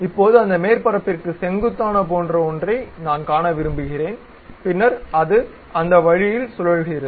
இப்போது அந்த மேற்பரப்பிற்க்கு செங்குத்தானதைப் போன்ற ஒன்றை நான் காண விரும்புகிறேன் பின்னர் அது அந்த வழியில் சுழல்கிறது